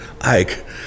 Ike